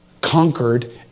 conquered